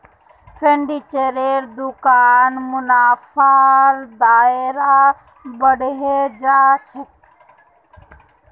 फर्नीचरेर दुकानत मुनाफार दायरा बढ़े जा छेक